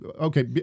okay